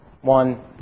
One